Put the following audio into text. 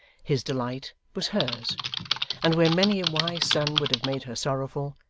his delight was hers and where many a wise son would have made her sorrowful,